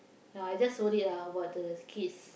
ya I just worried ah about the kids